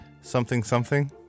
something-something